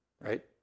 right